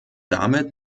damit